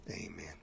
amen